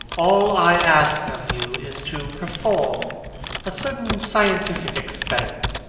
all i ask of you is to perform a certain scientific experiment.